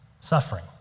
Suffering